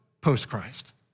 post-Christ